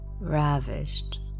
ravished